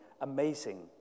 amazing